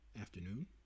afternoon